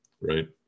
right